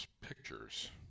pictures